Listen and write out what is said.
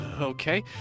Okay